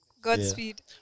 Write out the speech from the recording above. Godspeed